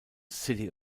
city